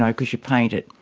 um because you paint it,